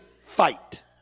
fight